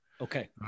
Okay